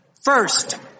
First